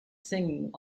singing